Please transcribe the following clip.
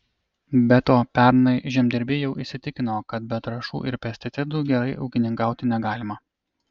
be to pernai žemdirbiai jau įsitikino kad be trąšų ir pesticidų gerai ūkininkauti negalima